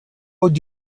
would